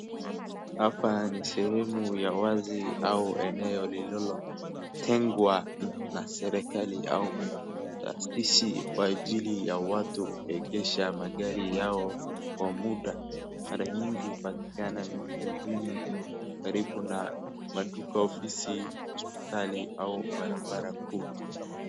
Hapa ni sehemu ya wazi au eneo lililotengwa na serikali au taasisi kwa ajili ya watu kuegesha magari yao kwa muda. Mara nyingi hupatikana jijini karibu na maduka, ofisi, hospitali au barabara kuu.